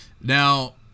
Now